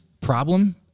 problem